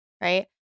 Right